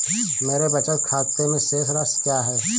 मेरे बचत खाते में शेष राशि क्या है?